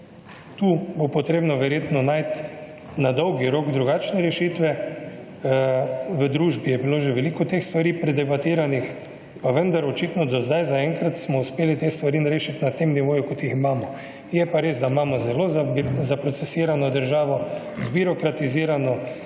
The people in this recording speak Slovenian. Tu bo potrebno verjetno najti na dolgi rok drugačne rešitve. V družbi je bilo že veliko teh stvari predebatiranih, pa vendar očitno do zdaj zaenkrat smo uspeli te stvari rešiti na tem nivoju kot jih imamo. Je pa res, da imamo zelo zaprocesirano državo, zbirokratizirano,